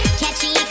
catchy